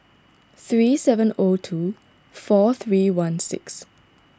three seven zero two four three one six